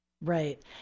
Right